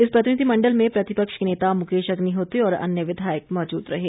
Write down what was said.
इस प्रतिनिधि मंडल में प्रतिपक्ष के नेता मुकेश अग्निहोत्री और अन्य विधायक मौजूद रहें